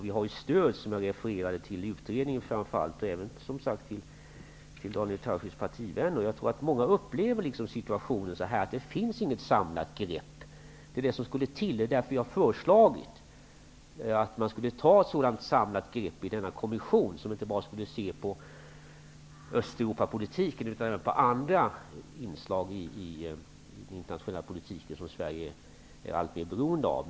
Vi har också stöd för detta, såsom jag framför allt refererat i utredningen, även för Daniel Tarschys partivänner. Många upplever situationen så, att det inte tas något samlat grepp. Det behövs ett samlat grepp, och jag har därför föreslagit att man i kommissionen skulle ta ett sådant. Man skulle då se inte bara på Östeuropapolitiken utan också på andra inslag i den internationella politiken, som Sverige är alltmer beroende av.